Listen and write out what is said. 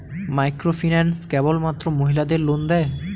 Microfinance কেবলমাত্র মহিলাদের loan দেয়?